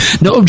No